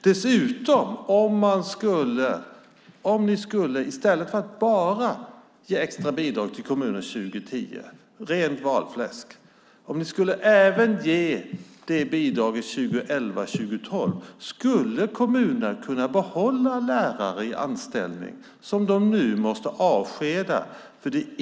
Dessutom, om ni i stället för att bara ge extra bidrag till kommunerna 2010, vilket är rent valfläsk, även skulle ge det bidraget 2011 och 2012, då skulle kommunerna kunna behålla lärare i anställning som de nu måste avskeda.